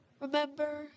Remember